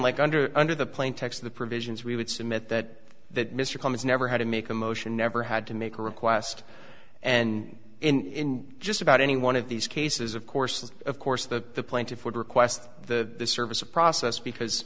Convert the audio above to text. like under under the plain text of the provisions we would submit that that mr combs never had to make a motion never had to make a request and in just about any one of these cases of course of course the plaintiff would request the service of process because